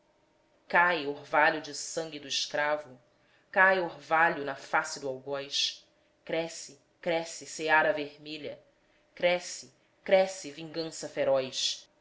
cai orvalho de sangue do escravo cai orvalho na face do algoz cresce cresce seara vermelha cresce cresce vingança feroz